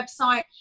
website